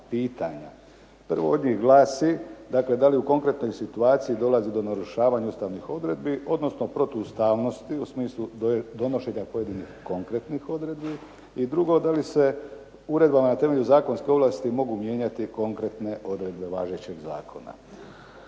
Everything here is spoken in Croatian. Prvo glasi dakle da li u konkretnoj situaciji dolazi do narušavanja ustavnih odredbi, odnosno protuustavnosti u smislu donošenja pojedinih konkretnih odredbi. I drugo, da li se uredbama na temelju zakonske ovlasti mogu mijenjati konkretne odredbe važećeg zakona.